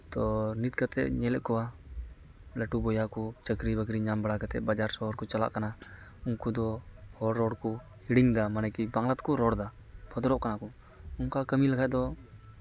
ᱛᱚ ᱱᱤᱛ ᱠᱟᱛᱮ ᱤᱧ ᱧᱮᱞ ᱮᱫ ᱠᱚᱣᱟ ᱞᱟᱹᱴᱩ ᱵᱚᱭᱦᱟ ᱠᱚ ᱪᱟᱹᱠᱨᱤ ᱵᱟᱹᱠᱨᱤ ᱧᱟᱢ ᱵᱟᱲᱟ ᱠᱟᱛᱮ ᱵᱟᱡᱟᱨ ᱥᱚᱦᱚᱨ ᱠᱚ ᱪᱟᱞᱟᱜ ᱠᱟᱱᱟ ᱩᱱᱠᱩ ᱫᱚ ᱦᱚᱲ ᱨᱚᱲ ᱠᱚ ᱦᱤᱲᱤᱧᱮᱫᱟ ᱢᱟᱱᱮ ᱠᱤ ᱵᱟᱝᱞᱟ ᱛᱮᱠᱚ ᱨᱚᱲᱫᱟ ᱵᱷᱚᱫᱽᱨᱚᱜ ᱠᱟᱱᱟ ᱠᱚ ᱚᱱᱠᱟ ᱠᱟᱹᱢᱤ ᱞᱮᱠᱷᱟᱡ ᱫᱚ